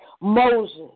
Moses